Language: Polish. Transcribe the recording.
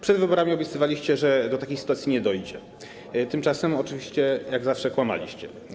Przed wyborami obiecywaliście, że do takiej sytuacji nie dojdzie, tymczasem oczywiście, jak zawsze, kłamaliście.